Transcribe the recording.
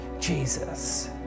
Jesus